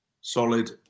solid